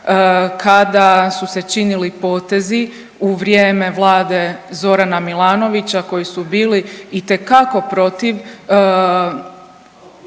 kada su se činili potezi u vrijeme Vlade Zorana Milanovića koji su bili itekako protiv